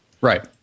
Right